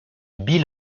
bill